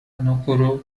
ناکورو